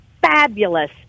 fabulous